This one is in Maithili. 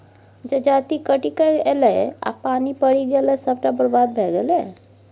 जजाति कटिकए ऐलै आ पानि पड़ि गेलै सभटा बरबाद भए गेलै